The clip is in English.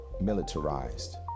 militarized